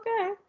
okay